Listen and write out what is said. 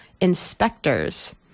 inspectors